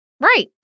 right